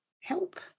help